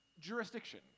jurisdiction